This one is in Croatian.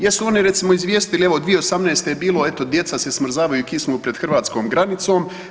Jesu oni recimo izvijestili evo 2018. je bilo eto djeca se smrzavaju, kisnu pred hrvatskom granicom?